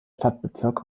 stadtbezirk